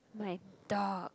my dog